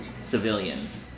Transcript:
civilians